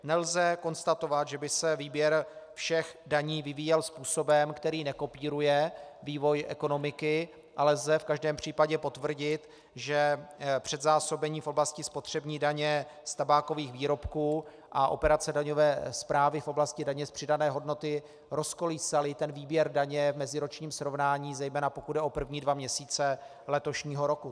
Nelze konstatovat, že by se výběr všech daní vyvíjel způsobem, který nekopíruje vývoj ekonomiky, ale lze v každém případě potvrdit, že předzásobení v oblasti spotřební daně z tabákových výrobků a operace daňové správy v oblasti daně z přidané hodnoty rozkolísaly ten výběr daně v meziročním srovnání, zejména pokud jde o první dva měsíce letošního roku.